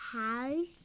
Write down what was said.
house